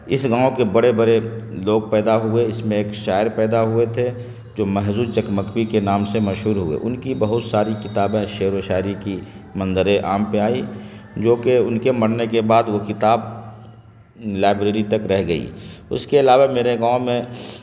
اس گاؤں کے بڑے بڑے لوگ پیدا ہوئے اس میں ایک شاعر پیدا ہوئے تھے جو محضو چکمکبی کے نام سے مشہور ہوئے ان کی بہت ساری کتابیں شعر و شاعری کی منظرعام پہ آئی جو کہ ان کے مرنے کے بعد وہ کتاب لائبریری تک رہ گئی اس کے علاوہ میرے گاؤں میں